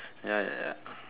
ya ya ya